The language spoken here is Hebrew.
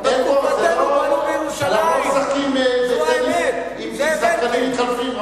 אנחנו לא משחקים עם שחקנים מתחלפים,